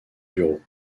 bureau